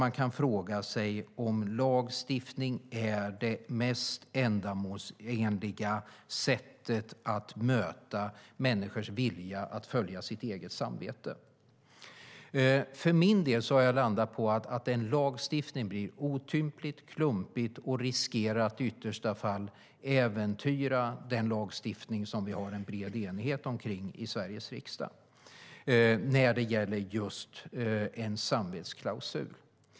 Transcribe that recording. Man kan fråga sig om lagstiftning är det mest ändamålsenliga sättet att möta människors vilja att följa sitt eget samvete. För min del har jag kommit fram till att en lagstiftning blir otymplig, klumpig och riskerar att i yttersta fall äventyra den lagstiftning som vi har en bred enighet om i Sveriges riksdag när det gäller just en samvetsklausul.